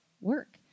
work